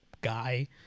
guy